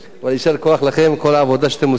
יישר כוח לכם על כל העבודה שאתם עושים.